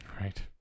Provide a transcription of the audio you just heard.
Right